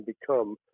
become